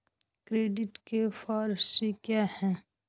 Credit के four C क्या हैं?